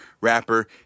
rapper